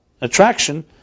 attraction